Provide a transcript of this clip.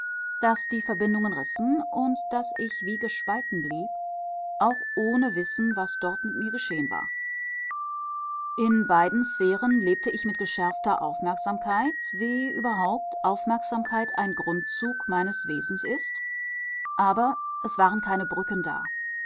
daß die verbindungen rissen und daß ich wie gespalten blieb auch ohne wissen was dort mit mir geschehen war in beiden sphären lebte ich mit geschärfter aufmerksamkeit wie überhaupt aufmerksamkeit ein grundzug meines wesens ist aber es waren keine brücken da